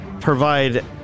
provide